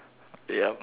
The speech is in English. yup